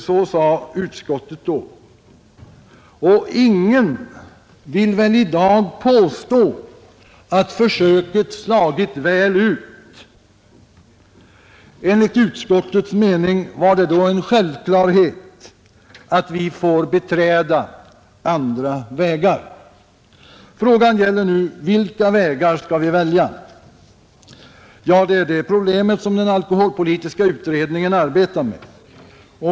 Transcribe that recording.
Så sade utskottet då. Ingen vill väl i dag påstå att försöket slagit väl ut. Enligt utskottets mening var det då en självklarhet att vi måste beträda andra vägar. Frågan gäller nu, vilka vägar vi skall välja. Det är det problemet som den alkoholpolitiska utredningen arbetar med.